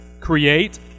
create